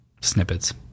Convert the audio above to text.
snippets